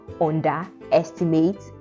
underestimate